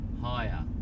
Higher